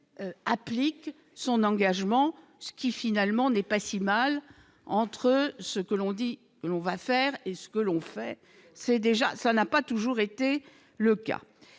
applique son engagement, ce qui finalement n'est pas si mal, entre ce que l'on dit que l'on va faire et ce que l'on fait, c'est déjà ça n'a pas toujours été le cas,